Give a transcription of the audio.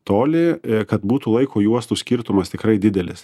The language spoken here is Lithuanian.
toli kad būtų laiko juostų skirtumas tikrai didelis